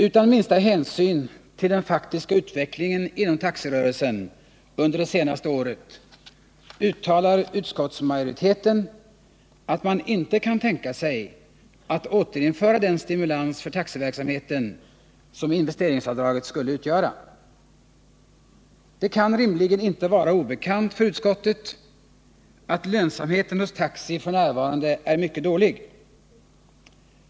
Utan minsta hänsyn till den faktiska utvecklingen inom taxirörelsen under det senaste året uttalar utskottsmajoriteten, att man inte kan tänka sig att återinföra den stimulans för taxiverksamheten som investeringsavdraget skulle utgöra. Det kan rimligen inte vara obekant för utskottet, att lönsamheten hos taxi f.n. är mycket dålig.